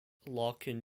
larkin